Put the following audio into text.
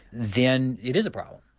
then it is a problem.